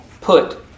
put